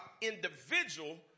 individual